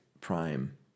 prime